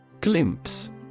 Glimpse